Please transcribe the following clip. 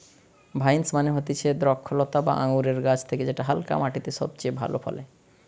vines মানে হতিছে দ্রক্ষলতা বা আঙুরের গাছ যেটা হালকা মাটিতে সবচে ভালো ফলে